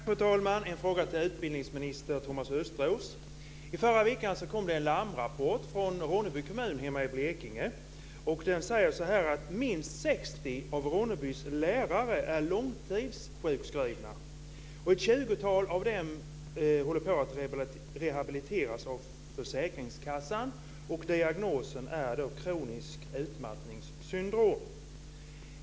Fru talman! Jag har en fråga till utbildningsminister Thomas Östros. I förra veckan kom det en larmrapport från Ronneby kommun hemma i Blekinge. Den säger att minst 60 av Ronnebys lärare är långtidssjukskrivna. Ett tjugotal av dem håller på och rehabiliteras av försäkringskassan, och diagnosen är kroniskt utmattningssyndrom.